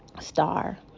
star